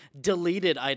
deleted